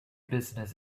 business